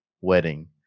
wedding